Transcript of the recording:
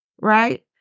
right